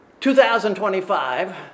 2025